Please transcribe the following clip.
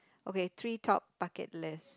okay three top bucket list